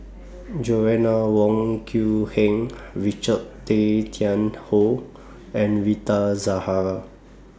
Joanna Wong Quee Heng Richard Tay Tian Hoe and Rita Zahara